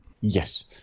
yes